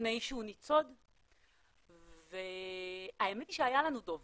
לפני שהוא ניצוד והאמת היא שהיה לנו דוב